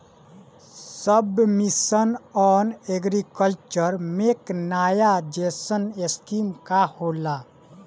सब mission on agriculture mechanisation scheme का होला?